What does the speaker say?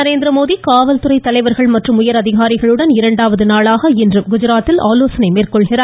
நரேந்திரமோடி காவல்துறை தலைவர்கள் மற்றும் டையர் அதிகாரிகளுடன் இரண்டாவது நாளாக இன்று குஜராத்தில் ஆலோசனை மேற்கொள்கிறார்